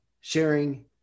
sharing